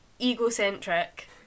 egocentric